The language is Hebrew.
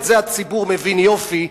את זה הציבור מבין יופי,